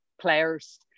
players